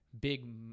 big